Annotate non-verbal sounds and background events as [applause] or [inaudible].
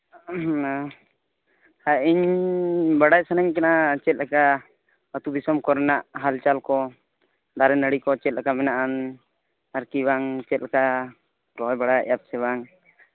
[unintelligible] ᱤᱧ ᱵᱟᱰᱟᱭ ᱥᱟᱱᱟᱧ ᱠᱟᱱᱟ ᱪᱮᱫᱞᱮᱠᱟ ᱟᱛᱳ ᱫᱤᱥᱚᱢ ᱠᱚᱨᱮᱱᱟᱜ ᱦᱟᱞᱪᱟᱞ ᱠᱚ ᱫᱟᱨᱮ ᱱᱟᱹᱲᱤ ᱠᱚ ᱪᱮᱫᱞᱮᱠᱟ ᱢᱮᱱᱟᱜᱼᱟᱱ ᱟᱨᱠᱤ ᱵᱟᱝ ᱪᱮᱫᱞᱮᱠᱟ ᱨᱚᱦᱚᱭ ᱵᱟᱲᱟᱭᱮᱜᱼᱟ ᱯᱮᱥᱮ ᱵᱟᱝ